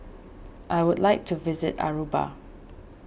I would like to visit Aruba